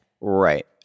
Right